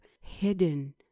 hidden